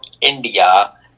India